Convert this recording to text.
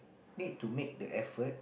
need to make the effort